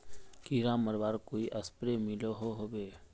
कीड़ा मरवार कोई स्प्रे मिलोहो होबे?